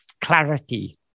clarity